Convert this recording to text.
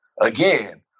again